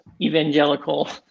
evangelical